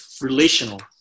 relational